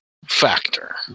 factor